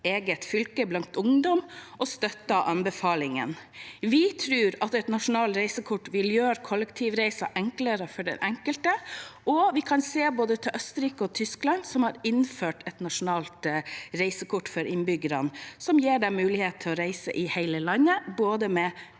eget fylke blant ungdom, og vi støtter denne anbefalingen. Vi tror at et nasjonalt reisekort vil gjøre kollektivreiser enklere for den enkelte. Vi kan se til både Østerrike og Tyskland, som har innført et nasjonalt reisekort for innbyggerne som gir dem mulighet til å reise i hele landet med